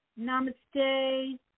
namaste